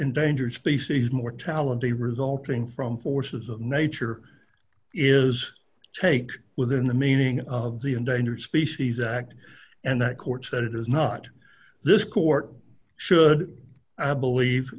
endangered species mortality resulting from forces of nature is take within the meaning of the endangered species act and that court said it is not this court should i believe